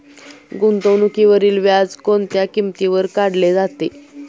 गुंतवणुकीवरील व्याज कोणत्या किमतीवर काढले जाते?